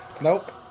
nope